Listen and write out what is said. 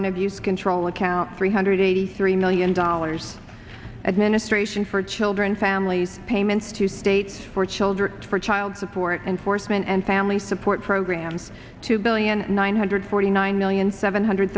abuse control account three hundred eighty three million dollars administration for children families payments to states for children for child support enforcement and family support programs two billion nine hundred forty nine million seven hundred